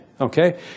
Okay